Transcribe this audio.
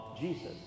Jesus